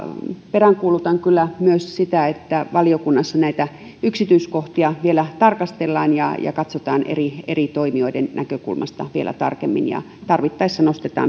peräänkuulutan kyllä myös sitä että valiokunnassa näitä yksityiskohtia vielä tarkastellaan ja ja katsotaan eri eri toimijoiden näkökulmasta vielä tarkemmin ja tarvittaessa nostetaan